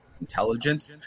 Intelligence